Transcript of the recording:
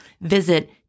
Visit